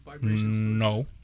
No